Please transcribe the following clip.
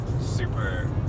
super